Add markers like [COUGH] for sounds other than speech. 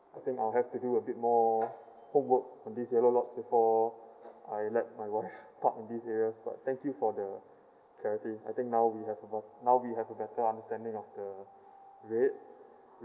I think I'll have to do a bit more homework for this yellow lots before I let my wife [LAUGHS] talk in this areas but thank you for the clarity I think now we have above now we have a better understanding of the red